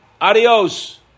Adios